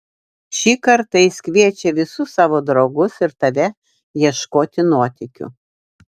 šį kartą jis kviečia visus savo draugus ir tave ieškoti nuotykių